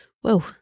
Whoa